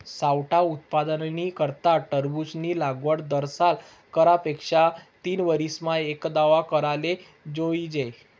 सावठा उत्पादननी करता टरबूजनी लागवड दरसाल करा पेक्षा तीनवरीसमा एकदाव कराले जोइजे